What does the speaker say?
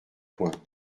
points